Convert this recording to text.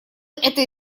это